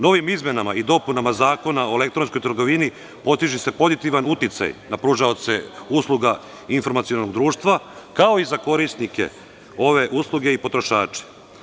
Novim izmenama i dopunama Zakona o elektronskoj trgovini postiže se pozitivan uticaj na pružaoce usluga informacionog društva, kao i za korisnike ove usluge i potrošače.